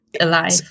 alive